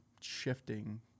shifting